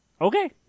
Okay